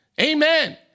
Amen